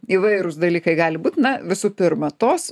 įvairūs dalykai gali būt na visų pirma tos